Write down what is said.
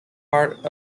part